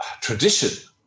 tradition